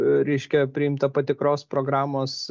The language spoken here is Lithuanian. reiškia priimta patikros programos